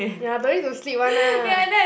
ya don't need to sleep [one] lah